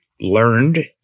learned